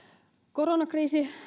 koronakriisi